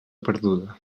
perduda